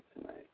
tonight